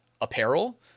apparel